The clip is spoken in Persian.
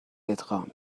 ادغام